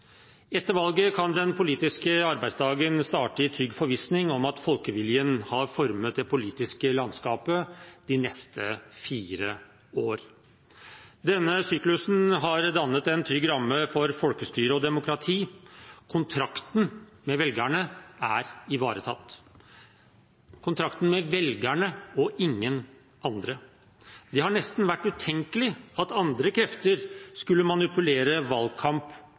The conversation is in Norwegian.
Etter valget kan den politiske arbeidsdagen starte i trygg forvissning om at folkeviljen har formet det politiske landskapet de neste fire år. Denne syklusen har dannet en trygg ramme for folkestyre og demokrati. Kontrakten med velgerne er ivaretatt – kontrakten med velgerne og ingen andre. Det har nesten vært utenkelig at andre krefter skulle manipulere valgkamp